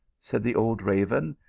said the old raven,